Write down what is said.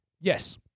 Yes